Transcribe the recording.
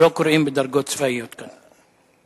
לא קוראים בדרגות צבאיות כאן.